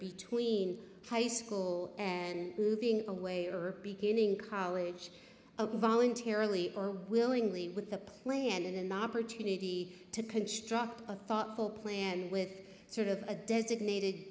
between high school and moving away or beginning college voluntarily or willingly with a plan and an opportunity to construct a thoughtful plan with sort of a designated